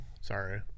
Sorry